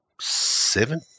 seven